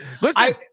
Listen